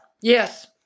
Yes